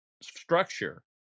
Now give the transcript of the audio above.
structure